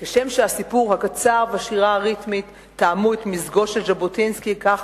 וכשם שהסיפור הקצר והשירה הריתמית תאמו את מזגו כך